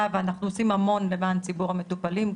ואנחנו עושים המון למען ציבור המטופלים,